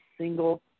single